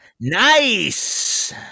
Nice